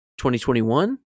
2021